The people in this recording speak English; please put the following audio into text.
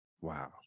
Wow